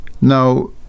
Now